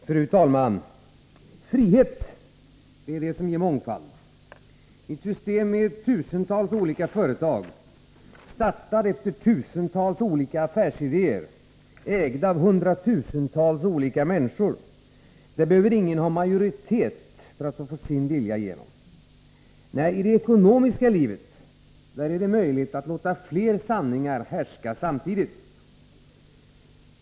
Fru talman! Frihet ger mångfald. I ett system med tusentals olika företag, startade efter tusentals olika affärsidéer, ägda av hundratusentals olika människor, behöver ingen ha majoritet för att få sin vilja igenom. I det ekonomiska livet är det möjligt att låta flera sanningar härska samtidigt.